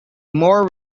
more